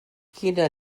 quina